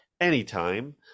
anytime